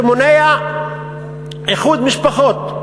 שמונע איחוד משפחות,